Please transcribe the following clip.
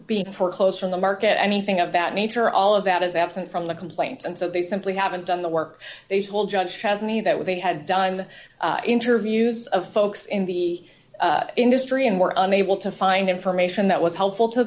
being foreclosed from the market anything of that nature all of that is absent from the complaint and so they simply haven't done the work they told judge has me that what they had done interviews of folks in the industry and were unable to find information that was helpful to